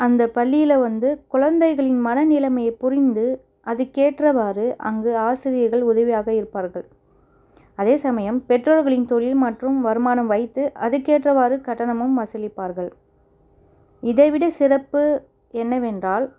அந்த பள்ளியில வந்து குழந்தைகளின் மன நிலைமயை புரிந்து அதுக்கேற்றவாறு அங்கு ஆசிரியர்கள் உதவியாக இருப்பார்கள் அதே சமயம் பெற்றோர்களின் தொழில் மற்றும் வருமானம் வைத்து அதுக்கேற்றவாறு கட்டணமும் வசூலிப்பார்கள் இதை விட சிறப்பு என்னவென்றால்